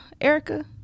erica